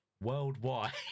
worldwide